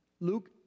Luke